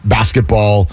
Basketball